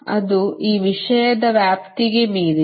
ಅದು ಈ ವಿಷಯದ ವ್ಯಾಪ್ತಿಗೆ ಮೀರಿದೆ